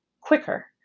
quicker